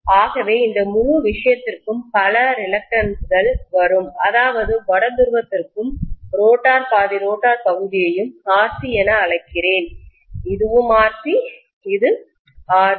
ஆகவே இந்த முழு விஷயத்திற்கும் பல ரெசிஸ்டன்ஸ் கள் வரும் அதாவது வட துருவத்திற்கும் ரோட்டார் பாதி ரோட்டார் பகுதியையும் Rc என அழைக்கிறேன் இதுவும் Rc இது Rg